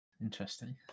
Interesting